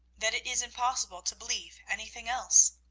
that it is impossible to believe anything else.